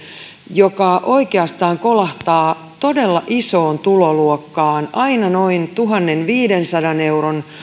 joka oikeastaan kolahtaa todella isoon tuloluokkaan aina noin tuhannenviidensadan euron